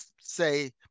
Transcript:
say